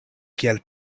kiel